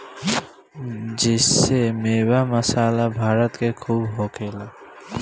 जेइसे मेवा, मसाला भारत मे खूबे होखेला